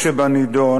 שבנדון,